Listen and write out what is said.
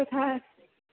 यथा